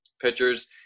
Pitchers